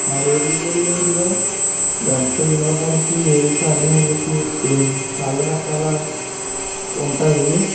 మా ఏలూరులో ఎంత వినోదాలకి ఏ కార్యాలకి ఎన్ చాలా రకాల ఉంటాయి